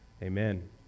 amen